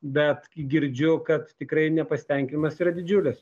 bet kai girdžiu kad tikrai nepasitenkinimas yra didžiulis